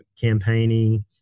campaigning